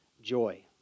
joy